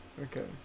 Okay